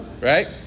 right